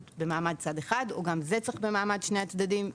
במעמד צד אחד או שגם את זה צריך במעמד שני הצדדים?